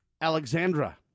Alexandra